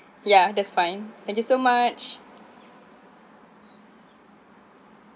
ya that's fine thank you so much